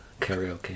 karaoke